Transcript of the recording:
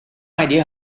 idea